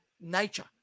nature